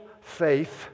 faith